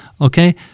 okay